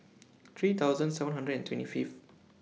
three thousand seven hundred and twenty Fifth